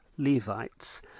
Levites